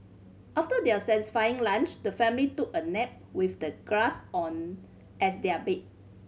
after their satisfying lunch the family took a nap with the grass on as their bed